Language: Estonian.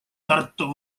tartu